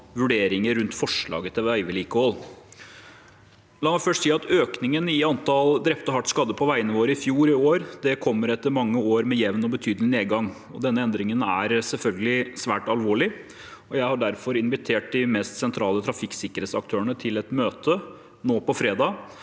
vurderinger rundt forslaget til veivedlikehold. La meg først si at økningen i antall drepte og hardt skadde på veiene våre i fjor og i år kommer etter mange år med jevn og betydelig nedgang. Denne endringen er selvfølgelig svært alvorlig, og jeg har derfor invitert de mest sentrale trafikksikkerhetsaktørene til et møte nå på fredag.